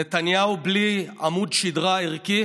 נתניהו בלי עמוד שדרה ערכי